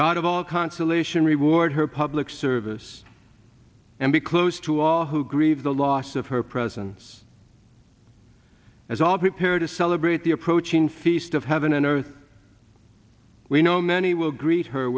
god of all consolation reward her public service and be close to all who grieve the loss of her presence as all prepare to celebrate the approaching feast of heaven and earth we know many will greet her